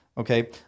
Okay